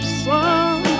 sun